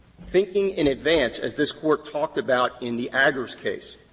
thinking in advance, as this court talked about in the agurs case,